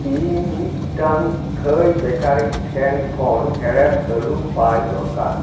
ᱤᱧ ᱢᱤᱫᱴᱟᱝ ᱛᱷᱟᱹᱭ ᱵᱮᱠᱟᱨᱤ ᱴᱷᱮᱱ ᱠᱷᱚᱱ ᱦᱮᱲᱮᱢ ᱟᱹᱞᱩ ᱯᱟᱭ ᱫᱚᱨᱠᱟᱨ